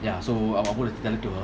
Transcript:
ya so I'm I'm gonna tell it to her